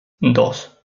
dos